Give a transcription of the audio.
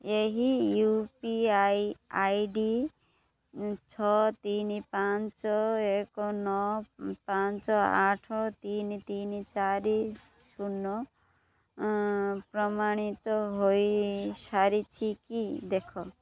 ଏହି U P I I D ଛଅ ତିନି ପାଞ୍ଚ ଏକ ନଅ ପାଞ୍ଚ ଆଠ ତିନି ତିନି ଚାରି ଶୂନ ପ୍ରମାଣିତ ହୋଇସାରିଛି କି ଦେଖ